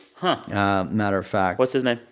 but matter of fact what's his name?